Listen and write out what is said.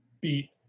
beat